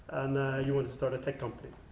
and you wanted to start a tech company,